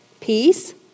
peace